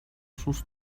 sus